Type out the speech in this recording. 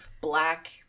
black